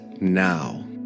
now